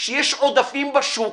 שיש עודפים בשוק,